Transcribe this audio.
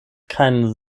keinen